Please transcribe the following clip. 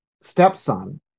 stepson